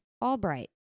Albright